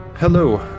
Hello